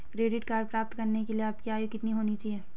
Credit card प्राप्त करने के लिए आपकी आयु कितनी होनी चाहिए?